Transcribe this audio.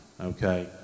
okay